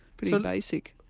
pretty basic.